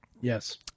Yes